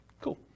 cool